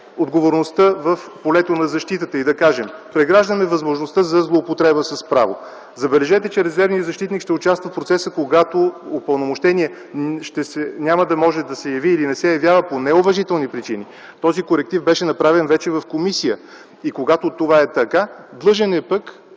отговорността в полето на защитата и да кажем: Преграждаме възможността за злоупотреба с право! Забележете, че резервният защитник ще участва в процеса, когато упълномощеният няма да може да се яви или не се явява по неуважителни причини. Този коректив вече беше направен в комисията. Когато това е така, длъжен ли